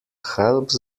helps